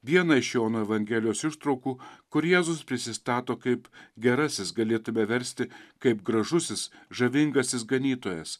viena iš jono evangelijos ištraukų kur jėzus prisistato kaip gerasis galėtume versti kaip gražusis žavingasis ganytojas